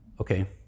Okay